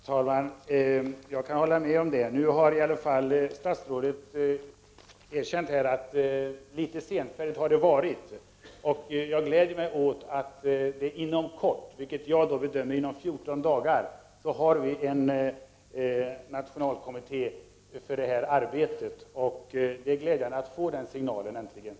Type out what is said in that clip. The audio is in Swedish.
Herr talman! Jag kan hålla med om det sista. Nu har statsrådet i alla fall erkänt att man har varit litet senfärdig. Jag gläder mig åt att vi ”inom kort”, vilket jag bedömer vara inom 14 dagar, har en nationalkommitté för detta arbete. Det är glädjande att vi äntligen får denna signal.